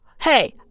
hey